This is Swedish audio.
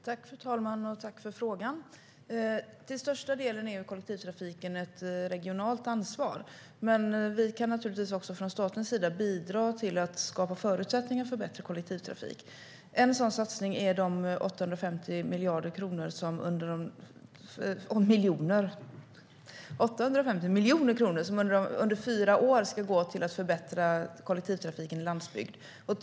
Fru talman! Jag tackar för frågan. Kollektivtrafiken är till största delen ett regionalt ansvar, men från statens sida kan vi naturligtvis bidra till att skapa förutsättningar för bättre kollektivtrafik. En sådan satsning är de 850 miljoner kronor som under fyra år ska gå till att förbättra kollektivtrafiken på landsbygden.